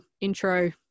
intro